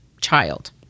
child